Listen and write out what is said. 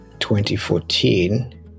2014